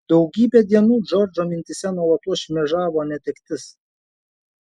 daugybę dienų džordžo mintyse nuolatos šmėžavo netektis